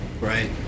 Right